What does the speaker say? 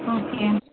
okay